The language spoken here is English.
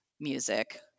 music